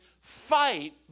fight